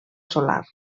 solar